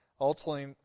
Ultimately